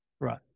Right